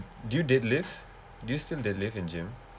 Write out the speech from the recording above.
do you deadlift do you still deadlift in gym